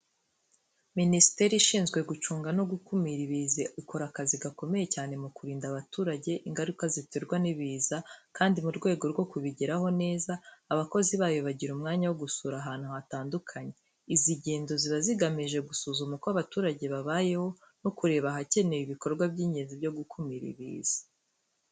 Minisiteri ishinzwe gucunga no gukumira ibiza ikora akazi gakomeye cyane mu kurinda abaturage ingaruka ziterwa n'ibiza, kandi mu rwego rwo kubigeraho neza, abakozi bayo bagira umwanya wo gusura ahantu hatandukanye. Izi ngendo ziba zigamije gusuzuma uko abaturage babayeho, no kureba ahakenewe ibikorwa by'ingenzi byo gukumira ibiza.